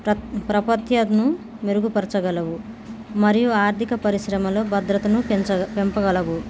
ప్రత్ ప్రాప్యతను మెరుగుపరచగలవు మరియు ఆర్థిక పరిశ్రమలో భద్రతను పెంచ పెంచగలవు